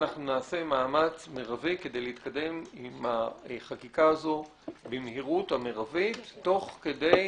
אנחנו נעשה מאמץ מרבי כדי להתקדם עם החקיקה הזו במהירות המרבית תוך כדי